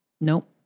nope